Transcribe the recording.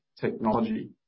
technology